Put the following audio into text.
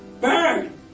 Burn